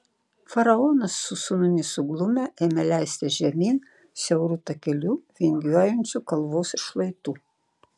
faraonas su sūnumi suglumę ėmė leistis žemyn siauru takeliu vingiuojančiu kalvos šlaitu